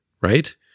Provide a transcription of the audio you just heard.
right